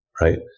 right